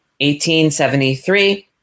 1873